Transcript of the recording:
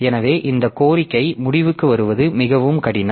எனவே இந்த கோரிக்கை முடிவுக்கு வருவது மிகவும் கடினம்